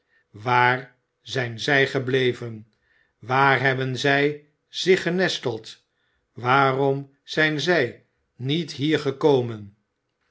waar zijn zij gebleven waar hebben zij zich genesteld waarom zijn zij niet hier gekomen